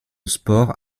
sports